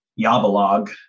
Yabalog